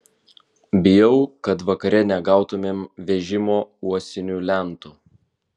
bijau kad vakare negautumėm vežimo uosinių lentų